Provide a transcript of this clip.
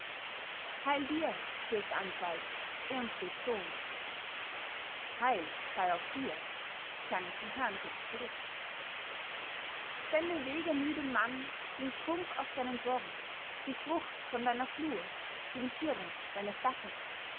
heil dir fürst answald irmfrieds sohn heil sei auch dir klang es vom herrensitz zurück spende wegemüdem mann den trunk aus deinem born die frucht von deiner flur den schirm deines daches